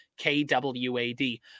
KWAD